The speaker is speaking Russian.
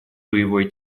боевой